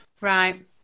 right